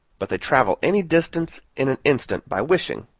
but they travel any distance in an instant by wishing.